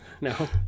No